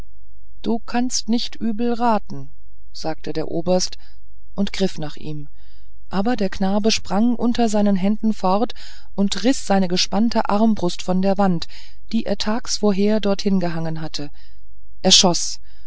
du kannst nicht übel raten sagte der oberst und griff nach ihm aber der knabe sprang unter seinen händen fort und riß seine gespannte armbrust von der wand die er tags vorher dorthin gehangen hatte er schoß